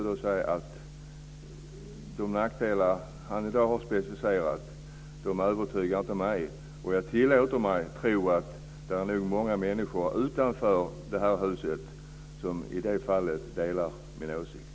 De nackdelar som han har specificerat övertygar inte mig. Jag tillåter mig att tro att många människor utanför huset delar min åsikt.